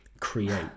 create